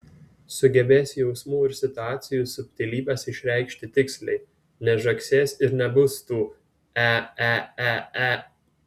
sugebės jausmų ir situacijų subtilybes išreikšti tiksliai nežagsės ir nebus tų e e e e